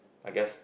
I guess